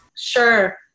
Sure